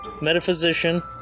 metaphysician